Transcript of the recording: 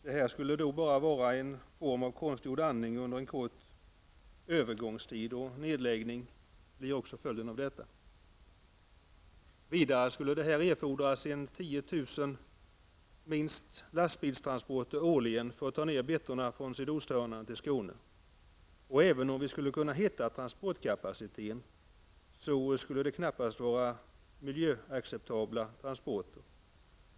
Det skulle bara vara en form av konstgjord andning under en kort övergångstid och nedläggning blir följden av detta. Vidare skulle det erfordras minst 10 000 lastbilstransporter årligen för att ta ned betorna från sydosthörnan till Skåne. Även om vi skulle kunna finna transportkapaciteten skulle det knappast vara miljöacceptabla transporter.